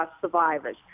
survivors